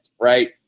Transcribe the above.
right